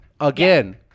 again